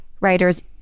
writers